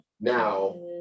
now